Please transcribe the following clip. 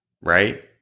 right